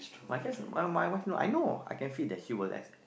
my friends uh my my wife not I know I can feel that she will